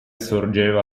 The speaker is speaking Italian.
sorgeva